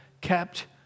kept